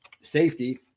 safety